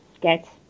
get